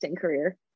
career